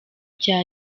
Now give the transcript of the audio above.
ibyo